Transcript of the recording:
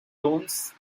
loans